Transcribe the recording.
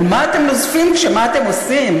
על מה אתם נוזפים כשמה אתם עושים,